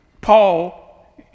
Paul